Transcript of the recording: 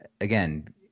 again